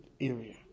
area